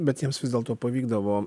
bet jiems vis dėlto pavykdavo